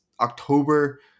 October